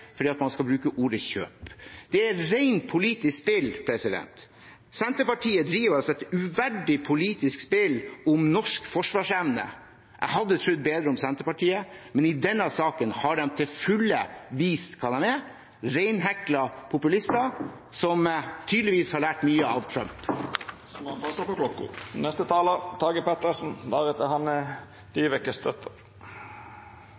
politisk spill. Senterpartiet driver et uverdig politisk spill om norsk forsvarsevne. Jeg hadde trodd bedre om Senterpartiet, men i denne saken har de til fulle vist hva de er: reinhekla populister som tydeligvis har lært mye av Trump.